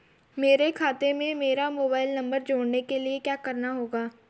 मेरे खाते से मेरा मोबाइल नम्बर जोड़ने के लिये क्या करना होगा?